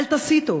אל תסיתו.